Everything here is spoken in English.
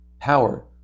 power